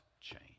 change